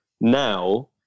now